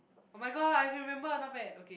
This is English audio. oh-my-god I can remember not bad okay